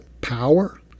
power